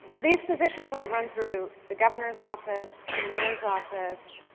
these positions are run through the governor's office, the mayor's office,